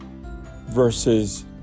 versus